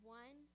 one